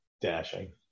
Dashing